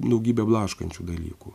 daugybė blaškančių dalykų